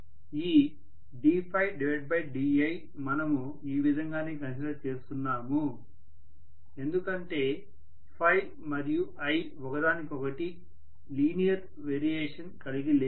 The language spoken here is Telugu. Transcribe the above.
ఈ ddi మనము ఈ విధంగానే కన్సిడర్ చేస్తున్నాము ఎందుకంటే మరియు i ఒకదానికొకటి లీనియర్ వేరియేషన్ కలిగి లేవు